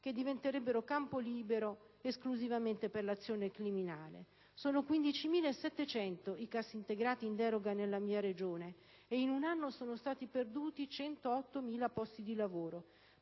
che diventerebbero campo libero esclusivamente per l'azione criminale. Sono 15.700 i cassaintegrati in deroga nella mia Regione e in un anno sono stati perduti 108.000 posti di lavoro.